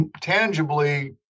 tangibly